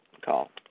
call